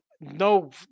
no